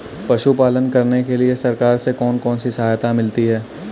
पशु पालन करने के लिए सरकार से कौन कौन सी सहायता मिलती है